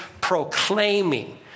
proclaiming